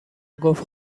گفت